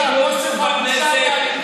אתה יודע שהבוס שלך הואשם באלימות נגד ילד בן 13?